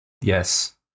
Yes